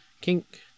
kink